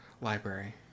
Library